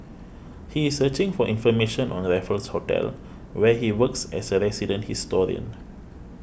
he is searching for information on Raffles Hotel where he works as a resident historian